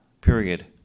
period